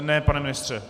Ne, pane ministře.